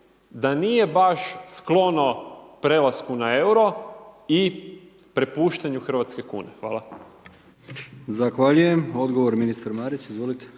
da nije baš sklono prelasku na EURO i prepuštanju hrvatske kune. Hvala.